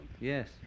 yes